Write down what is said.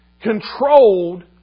controlled